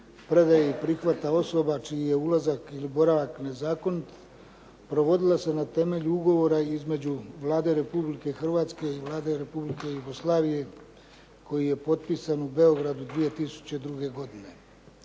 predaje i prihvata osoba čiji je ulazak ili boravak nezakonit provodila se na temelju ugovora između Vlade Republike Hrvatske i Vlade Republike Jugoslavije koji je potpisan u Beogradu 2002. godine.